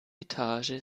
etage